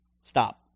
stop